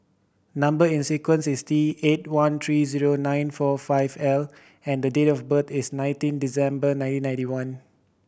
number is sequence is T eight one three zero nine four five L and date of birth is nineteen December nineteen ninety one